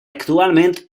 actualment